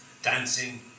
dancing